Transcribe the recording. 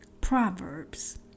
proverbs